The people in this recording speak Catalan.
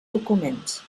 documents